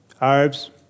Arabs